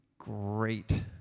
great